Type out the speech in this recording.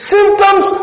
Symptoms